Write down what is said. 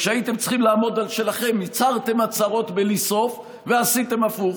כשהייתם צריכים לעמוד על שלכם הצהרתם הצהרות בלי סוף ועשיתם הפוך,